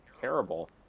terrible